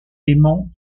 aimant